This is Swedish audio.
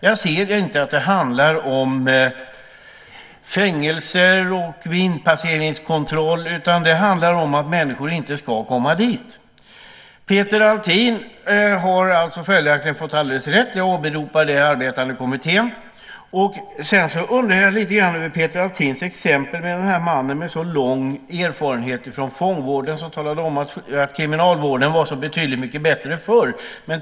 Jag menar att det inte handlar om fängelser och inpasseringskontroller utan om att människor inte ska komma dit. Peter Althin har alldeles rätt. Jag åberopar den arbetande kommittén. Jag undrar dock lite grann över Peter Althins exempel med mannen som har så lång erfarenhet från fångvården och som talade om att kriminalvården var betydligt bättre förr.